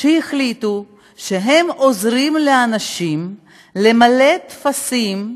שהחליטו שהם עוזרים לאנשים למלא טפסים,